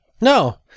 No